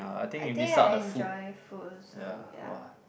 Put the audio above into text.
I think I enjoy food also ya